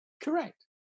Correct